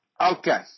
Okay